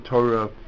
Torah